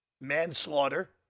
manslaughter